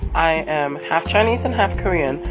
i am half-chinese and half-korean,